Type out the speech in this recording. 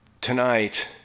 tonight